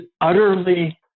utterly